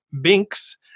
Binks